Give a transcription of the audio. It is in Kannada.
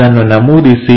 ಅದನ್ನು ನಮೂದಿಸಿ